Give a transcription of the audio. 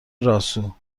راسو